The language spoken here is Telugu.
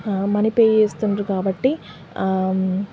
ఆ మనీ పే చేస్తుండ్రు కాబట్టి ఆ